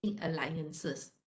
alliances